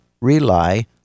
rely